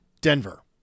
Denver